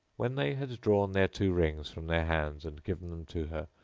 when they had drawn their two rings from their hands and given them to her,